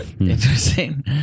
Interesting